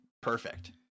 perfect